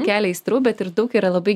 kelia aistrų bet ir daug yra labai